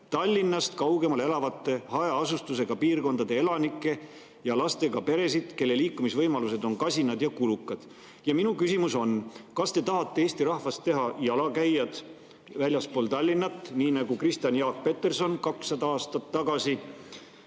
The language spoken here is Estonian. Tallinnast kaugemal [elavaid] hajaasustusega piirkondade elanikke ja lastega peresid, kelle liikumisvõimalused on kasinad ja kulukad. Ja minu küsimus on: kas te tahate Eesti rahvast väljaspool Tallinna teha jalakäijad, nii nagu Kristjan Jaak Peterson kakssada aastat tagasi